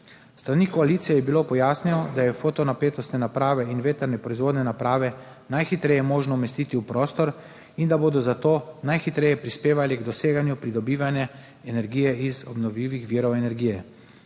strani koalicije je bilo pojasnjeno, da je fotonapetostne naprave in vetrne proizvodne naprave najhitreje možno umestiti v prostor in da bodo zato najhitreje prispevali k doseganju pridobivanja energije iz obnovljivih virov energije.